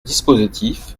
dispositif